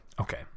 okay